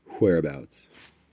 Whereabouts